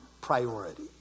priority